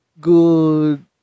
good